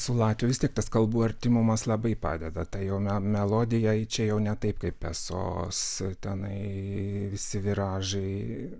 su latvių vis tiek tas kalbų artimumas labai padeda ta jo melodija čia jau ne taip kaip pesos tenai visi viražai